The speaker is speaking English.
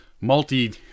Multi